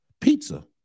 Pizza